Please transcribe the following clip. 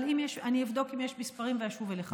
אבל אבדוק אם יש מספרים ואשוב אליך.